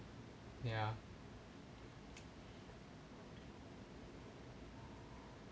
ya